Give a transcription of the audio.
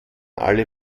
alle